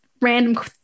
random